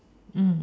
mm